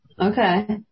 Okay